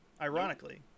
ironically